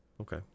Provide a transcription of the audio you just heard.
okay